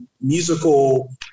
musical